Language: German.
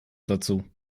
dazu